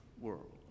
world